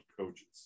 coaches